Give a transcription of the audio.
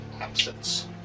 absence